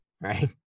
Right